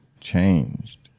changed